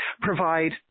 provide